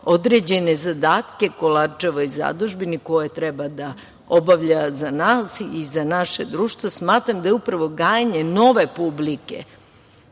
određene zadatke Kolarčevoj zadužbini koja treba da obavlja za nas i za naše društvo. Smatram da je upravo gajenje nove publike